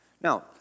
Now